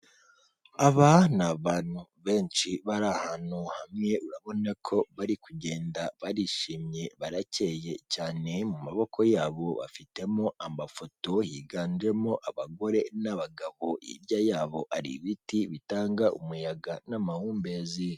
Aba ni abantu benshi bari ahantu hamwe urabona ko bari kugenda barishimye baracyeye cyane mu maboko yabo bafitemo amafoto higanjemo abagore n'abagabo hirya yabo ari ibiti bitanga umuyaga n'amahumbezi.